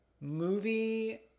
movie